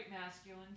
masculine